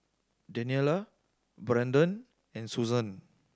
Daniela Braedon and Suzan